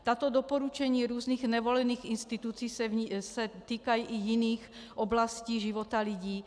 Tato doporučení různých nevolených institucí se týkají i jiných oblastí života lidí.